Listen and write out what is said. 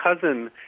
cousin